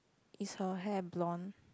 is her hair blonde